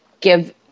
give